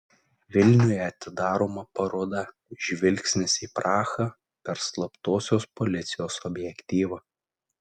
vilniuje atidaroma paroda žvilgsnis į prahą per slaptosios policijos objektyvą